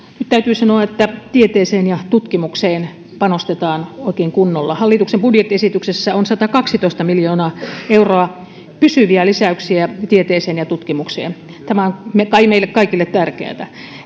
nyt täytyy sanoa että tieteeseen ja tutkimukseen panostetaan oikein kunnolla hallituksen budjettiesityksessä on satakaksitoista miljoonaa euroa pysyviä lisäyksiä tieteeseen ja tutkimukseen tämä on meille kaikille tärkeätä